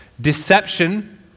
Deception